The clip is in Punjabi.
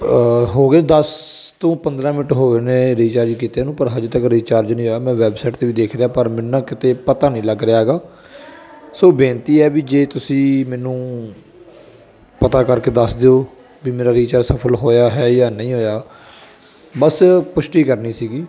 ਹੋ ਗਏ ਦੱਸ ਤੋਂ ਪੰਦਰਾਂ ਮਿੰਟ ਹੋ ਗਏ ਨੇ ਰੀਚਾਰਜ ਕੀਤੇ ਨੂੰ ਪਰ ਅਜੇ ਤੱਕ ਰੀਚਾਰਜ ਨਹੀਂ ਹੋਇਆ ਮੈਂ ਵੈਬਸਾਈਟ 'ਤੇ ਵੀ ਦੇਖ ਲਿਆ ਪਰ ਮੈਨੂੰ ਨਾ ਕਿਤੇ ਪਤਾ ਨਹੀਂ ਲੱਗ ਰਿਹਾ ਹੈਗਾ ਸੋ ਬੇਨਤੀ ਹੈ ਵੀ ਜੇ ਤੁਸੀਂ ਮੈਨੂੰ ਪਤਾ ਕਰਕੇ ਦੱਸ ਦਿਓ ਵੀ ਮੇਰਾ ਰੀਚਾਰਜ ਸਫ਼ਲ ਹੋਇਆ ਹੈ ਜਾਂ ਨਹੀਂ ਹੋਇਆ ਬਸ ਪੁਸ਼ਟੀ ਕਰਨੀ ਸੀਗੀ